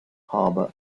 harbor